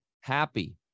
happy